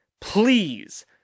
please